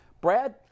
Brad